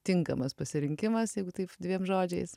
tinkamas pasirinkimas jeigu taip dviem žodžiais